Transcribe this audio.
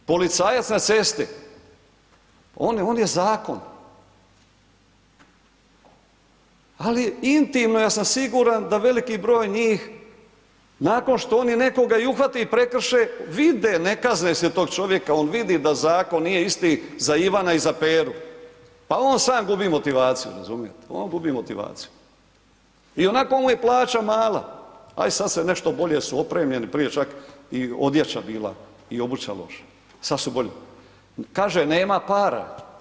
Policajac na cesti, on je zakon, ali intimno ja sam siguran da veliki broj njih nakon što oni nekoga i uhvate i prekrše, vide ne kazne se tog čovjeka, on vidi da zakon nije isti za Ivana i za Peru, pa on sam gubi motivaciju, razumijete, on gubi motivaciju i onako mu je plaća mala, aj sad se nešto bolje su opremljeni, prije čak i odjeća bila i obuća loša, sad su bolji, kaže nema para.